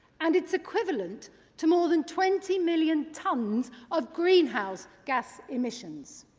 and it is equivalent to more than twenty million tons of greenhouse gas emissions.